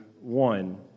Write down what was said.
one